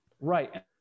Right